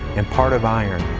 and part of iron,